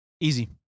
Easy